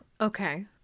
Okay